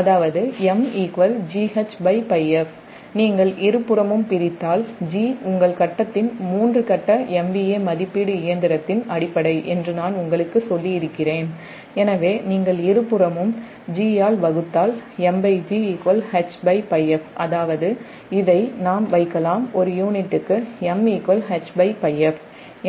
அதாவது MGHπf நீங்கள் இருபுறமும் பிரித்தால் G உங்கள் ஃபேஸ்ன் மூன்று கட்ட MVA மதிப்பீடு இயந்திரத்தின் அடிப்படை என்று நான் உங்களுக்குச் சொல்லியிருக்கிறேன்எனவே நீங்கள் இருபுறமும் G ஆல் வகுத்தால் MGHπf அதாவது இதை நாம் வைக்கலாம் ஒரு யூனிட்டுக்கு MHπf